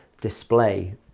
display